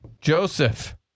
Joseph